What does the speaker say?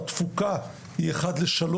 התפוקה היא 1:3,